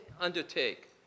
undertake